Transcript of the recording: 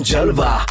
Jalva